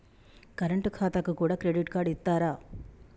Current ఖాతాకు కూడా credit card ఇత్తరా?